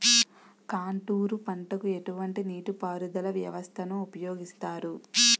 Contour పంటకు ఎటువంటి నీటిపారుదల వ్యవస్థను ఉపయోగిస్తారు?